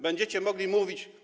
Będziecie mogli mówić.